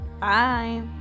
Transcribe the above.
Bye